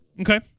Okay